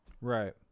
Right